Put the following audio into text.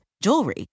jewelry